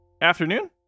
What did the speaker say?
afternoon